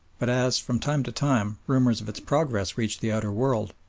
but as, from time to time, rumours of its progress reached the outer world,